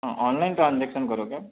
हाँ online transaction करोगे आप